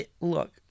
look